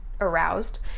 aroused